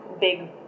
big